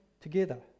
together